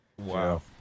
Wow